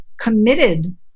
committed